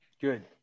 Good